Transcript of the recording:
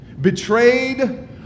betrayed